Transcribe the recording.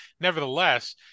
nevertheless